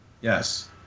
Yes